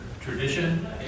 tradition